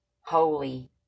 holy